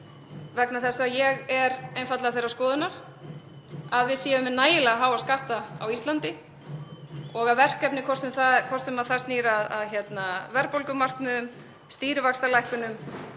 vegna þess að ég er einfaldlega þeirrar skoðunar að við séum með nægilega háa skatta á Íslandi og að verkefnið, hvort sem það snýr að verðbólgumarkmiðum, stýrivaxtalækkun